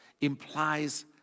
implies